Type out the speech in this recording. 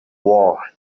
war